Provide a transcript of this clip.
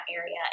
area